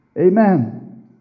Amen